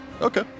Okay